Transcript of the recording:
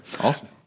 Awesome